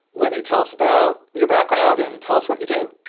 libbie, tell us about your background and tell us what you do!